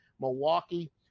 Milwaukee